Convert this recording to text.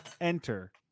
enter